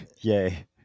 Yay